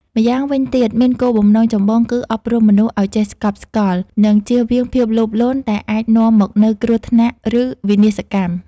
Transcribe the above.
ម្យ៉ាងវិញទៀត មានគោលបំណងចម្បងគឺ អប់រំមនុស្សឱ្យចេះស្កប់ស្កល់ និងចៀសវាងភាពលោភលន់ ដែលអាចនាំមកនូវគ្រោះថ្នាក់ ឬវិនាសកម្ម។